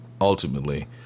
ultimately